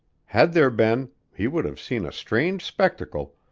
had there been, he would have seen a strange spectacle,